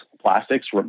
plastics